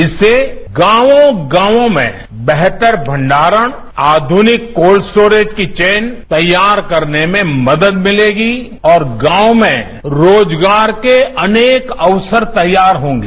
इससे गांवो गांवों में बेहतर मंडारण आधुनिक कोल्ड स्टोरेज की चेन तैयार करने में मदद मिलेगी और गांव में रोजगार के अनेक अवसर तैयार होंगे